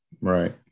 Right